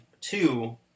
two